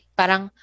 parang